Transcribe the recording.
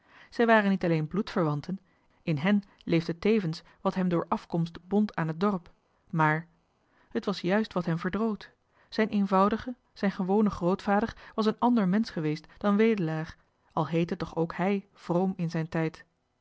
zij waren niet alleen bloedverwanten in hen leefde tevens wat hem door afkomst bond aan het dorp maar het was juist wat hem verdroot zijn eenvoudige zijn gewone grootvader was een ander mensch geweest dan wedelaar al heette toch ook hij vroom in zijn tijd